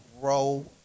grow